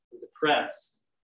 depressed